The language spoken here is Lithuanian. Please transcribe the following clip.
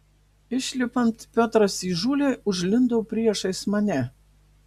išlipant piotras įžūliai užlindo priešais mane